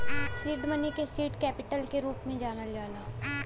seed money क seed capital के रूप में जानल जाला